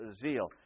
zeal